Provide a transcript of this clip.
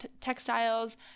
textiles